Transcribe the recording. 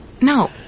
No